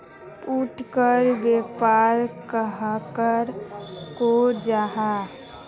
फुटकर व्यापार कहाक को जाहा?